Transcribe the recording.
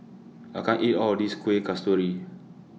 I can't eat All of This Kuih Kasturi